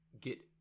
get